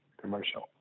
commercial